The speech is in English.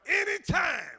anytime